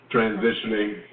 Transitioning